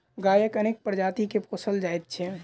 गायक अनेक प्रजाति के पोसल जाइत छै